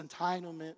entitlement